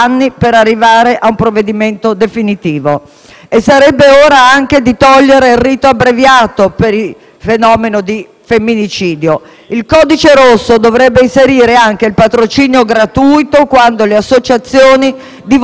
Sarebbe ora anche di eliminare il rito abbreviato per il reato di femminicidio. Il cosiddetto "Codice rosso" dovrebbe inserire anche il patrocinio gratuito quando le associazioni di volontariato si costituiscono parte civile.